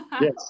Yes